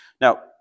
Now